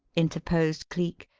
interposed cleek.